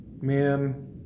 Man